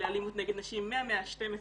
לאלימות נגד נשים, מהמאה ה-12,